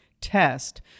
test